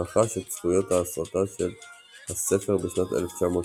רכש את זכויות ההסרטה של הספר בשנת 1960,